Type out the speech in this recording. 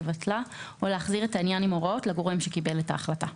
לבטלה או להחזיר את העניין עם הוראות לגורם שקיבל את ההחלטה.